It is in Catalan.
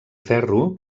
ferro